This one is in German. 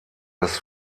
das